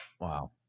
Wow